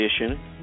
edition